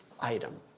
item